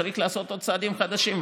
צריך לעשות עוד צעדים חדשים,